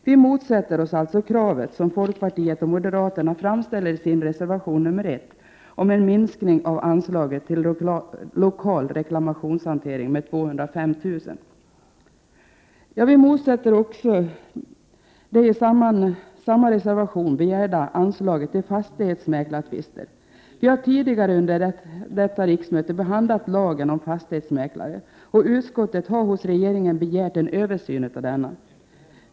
Vi motsätter oss alltså det krav som folkpartiet och moderaterna framställer i reservation nr 1 om en minskning av anslaget till lokal reklamationshantering med 205 000 kr. Vi motsätter oss också det i reservationen begärda anslaget till prövning av tvister mellan konsumenter och fastighetsmäklare. Vi har tidigare under detta riksmöte behandlat lagen om fastighetsmäklare, och utskottet har hos regeringen begärt en översyn av denna.